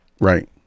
Right